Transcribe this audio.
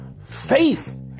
Faith